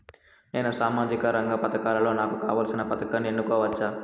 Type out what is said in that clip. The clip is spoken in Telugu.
నేను సామాజిక రంగ పథకాలలో నాకు కావాల్సిన పథకాన్ని ఎన్నుకోవచ్చా?